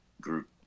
group